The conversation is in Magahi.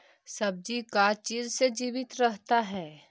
सब्जी का चीज से जीवित रहता है?